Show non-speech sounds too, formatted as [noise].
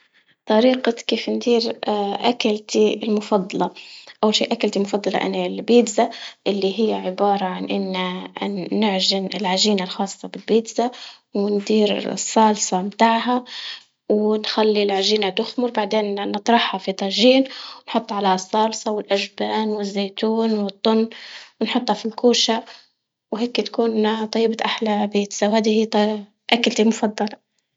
طريقة كيف ندير [hesitation] أكلتي المفضلة، أول شي أكلتي المفضلة أنا البيتزا، اللي هي عبارة عن إنا نعجن العجينة الخاصة بالبيتزا، وندير صالصة متاعها ونخلي العجينة تخمر بعدين نطرحها في طاجين، ونحط عليها صالصة والأجبان والزيتون والطن، ونحطها في الكوشة وهيكي تكونا طيبت أحلى بيتزا، وهادي ط- أكلتي المفضلة.